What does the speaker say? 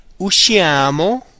usciamo